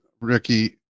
Ricky